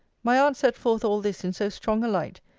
my aunt set forth all this in so strong a light,